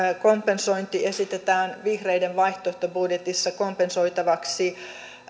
kompensointi esitetään vihreiden vaihtoehtobudjetissa kompensoitavaksi